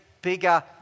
bigger